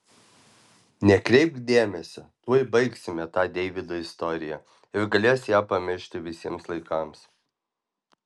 nekreipk dėmesio tuoj baigsime tą deivydo istoriją ir galės ją pamiršti visiems laikams